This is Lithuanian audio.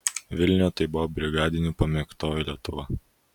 vilniuje tai buvo brigadinių pamėgtoji lietuva